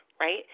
right